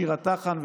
שירה טחן,